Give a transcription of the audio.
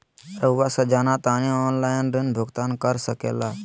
रहुआ से जाना तानी ऑनलाइन ऋण भुगतान कर सके ला?